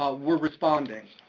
ah we're responding.